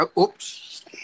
oops